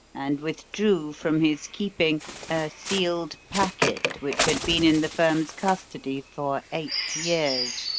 and withdrew from his keeping a sealed packet which had been in the firm's custody for eight years.